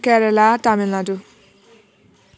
Kerala Tamil Nadu